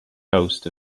coast